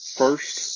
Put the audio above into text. first